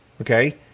okay